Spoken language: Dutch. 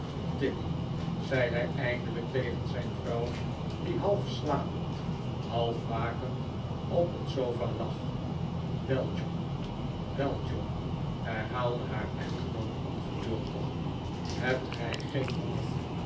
tilly zei hij eindelijk tegen zijn vrouw die half slapend half wakend op een sofa lag wel john wel john herhaalde haar echtgenoot ongeduldig hebt gij geen honger